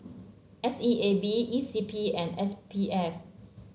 S E A B E C P and S P F